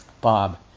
Bob